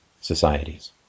societies